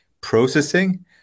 processing –